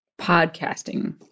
podcasting